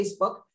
Facebook